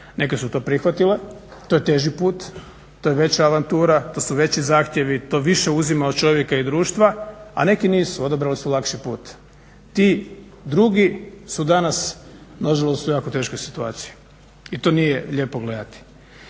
Neke su to prihvatile, to je teži put, to je veća avantura, to su veći zahtjevi, to više uzima od čovjeka i društva, a neki nisu odabrali su lakši put. Ti drugi su danas nažalost u jako teškoj situaciji i to nije lijepo gledati.